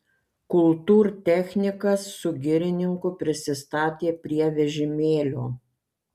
kultūrtechnikas su girininku prisistatė prie vežimėlio